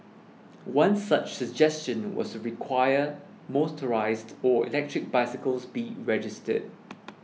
one such suggestion was require motorised or electric bicycles be registered